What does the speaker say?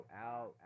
out